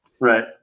Right